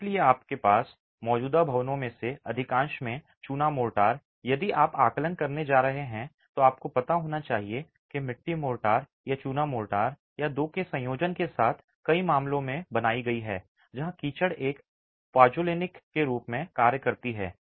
इसलिए आपके मौजूदा भवनों में से अधिकांश में चूना मोर्टार यदि आप आकलन करने जा रहे हैं तो आपको पता होना चाहिए कि मिट्टी मोर्टार या चूना मोर्टार या दो के संयोजन के साथ कई मामलों में बनाई गई है जहां कीचड़ एक पॉज़्नोलेनिक के रूप में कार्य करती है